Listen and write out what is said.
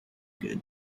good